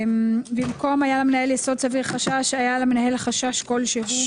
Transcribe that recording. במקום "היה למנהל יסוד סביר לחשש" "היה למנהל חשש כלשהו".